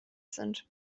sind